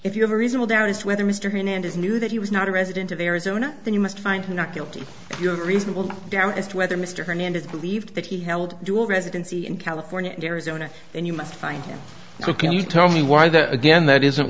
if you have a reasonable doubt as to whether mr hernandez knew that he was not a resident of arizona then you must find him not guilty of reasonable doubt as to whether mr hernandez believed that he held dual residency in california and arizona then you must find him so can you tell me why the again that isn't